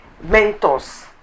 mentors